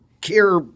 care